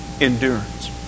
endurance